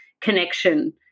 connection